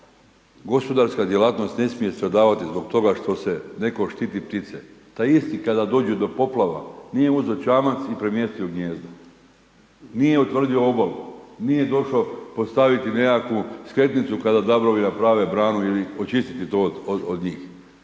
Gospodarska djelatnost ne smije stradavati zbog toga što netko štiti ptice. Taj isti kada dođe do poplava, nije uzeo čamac i premjestio gnijezdo. Nije utvrdio obalu. Nije došao postaviti nekakvu skretnicu kada dabrovi nabrane branu i očistiti to od njih.